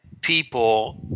people